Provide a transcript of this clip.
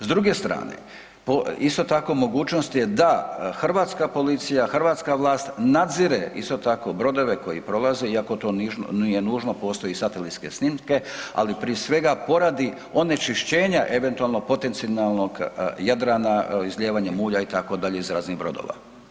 S druge strane, isto tako mogućnost je da hrvatska policija, hrvatska vlast nadzire isto tako brodove koji prolaze iako to nije nužno, postoje satelitske snimke, ali prije svega poradi onečišćenja eventualno potencijalnog Jadrana izlijevanjem ulja itd. iz raznih brodova.